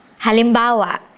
halimbawa